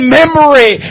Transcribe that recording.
memory